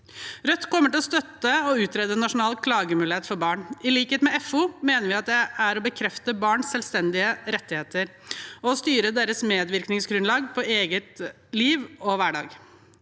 Rødt kommer til å støtte å utrede en nasjonal klagemulighet for barn. I likhet med FO mener vi det er å bekrefte barns selvstendige rettigheter til å styre sitt medvirkningsgrunnlag i eget liv og egen hverdag.